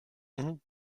ont